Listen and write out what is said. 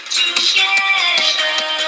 together